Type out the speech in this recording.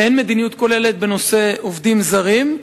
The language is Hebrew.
ואין מדיניות כוללת בנושא העובדים הזרים.